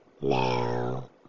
Now